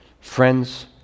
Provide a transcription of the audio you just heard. friends